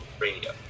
Radio